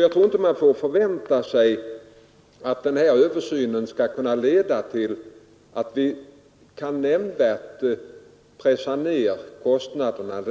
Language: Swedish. Jag tror inte man får förvänta sig att den pågående översynen skall leda till att vi kan nämnvärt pressa ner kostnaderna